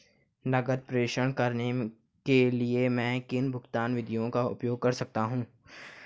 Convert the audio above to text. नकद प्रेषण करने के लिए मैं किन भुगतान विधियों का उपयोग कर सकता हूँ?